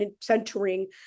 centering